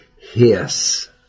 hiss